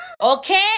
Okay